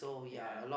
ya